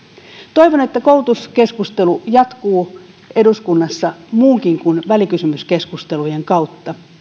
toivon että koulutuskeskustelu jatkuu eduskunnassa muunkin kuin välikysymyskeskustelujen kautta